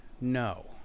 no